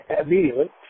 immediately